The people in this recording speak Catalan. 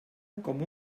com